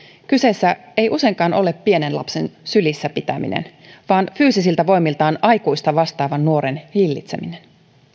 kyseessä ei useinkaan ole pienen lapsen sylissä pitäminen vaan fyysisiltä voimiltaan aikuista vastaavan nuoren hillitseminen